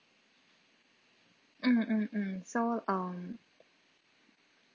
mm mm mm so um